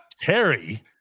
Terry